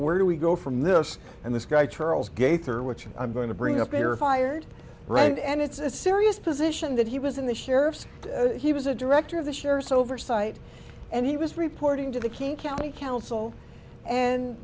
where do we go from this and this guy charles gaither which i'm going to bring up they are fired right and it's a serious position that he was in the sheriff's he was a director of the shares oversight and he was reporting to the king county council and